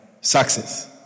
success